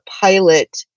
pilot